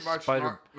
Spider